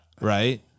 right